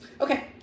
Okay